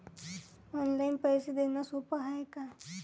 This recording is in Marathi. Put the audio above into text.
ऑनलाईन पैसे देण सोप हाय का?